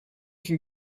can